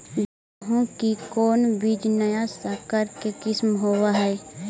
गेहू की कोन बीज नया सकर के किस्म होब हय?